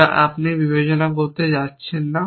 যা আপনি বিবেচনা করতে যাচ্ছেন না